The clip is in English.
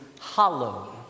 hollow